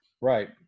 Right